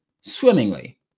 swimmingly